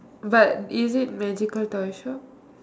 but is it magical toy shop